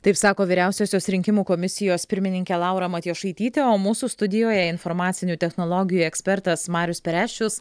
taip sako vyriausiosios rinkimų komisijos pirmininkė laura matjošaitytė o mūsų studijoje informacinių technologijų ekspertas marius pereščius